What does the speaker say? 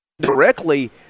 directly